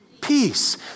peace